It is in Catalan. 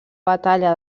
batalla